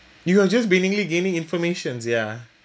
you are just willingly gaining informations ya